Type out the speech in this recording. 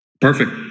Perfect